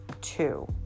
two